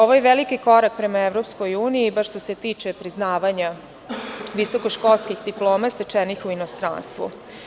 Ovo je veliki korak prema EU, bar što se tiče priznavanja visokoškolskih diploma stečenih u inostranstvu.